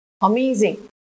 Amazing